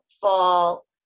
fall